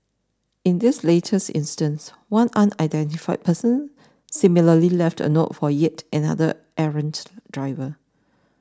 in this latest instance one unidentified person similarly left a note for yet another errant driver